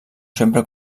sempre